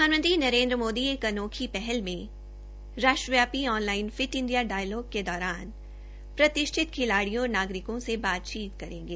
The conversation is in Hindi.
प्रधानमंत्री नरेन्द्र मोदी एक अनोखी पहल में राष्ट्रव्यापी ऑनलाइन फिट इंडिया डायलोग के दौरान प्रतिष्ठित खिलाड़ियां और नागरिकों से बातचीत करेंगे